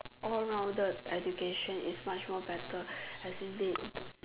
all rounded education is much more better as in they